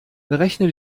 berechne